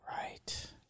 Right